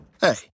hey